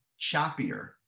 choppier